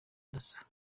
dasso